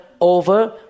Over